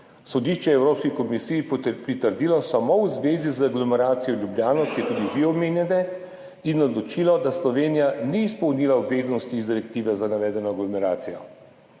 Sodišče je Evropski komisiji pritrdilo samo v zvezi z aglomeracijo v Ljubljani, ki jo tudi vi omenjate, in odločilo, da Slovenija ni izpolnila obveznosti iz direktive za navedeno aglomeracijo.